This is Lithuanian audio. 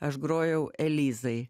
aš grojau elizai